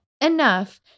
enough